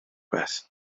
beth